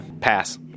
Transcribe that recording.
pass